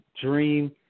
dream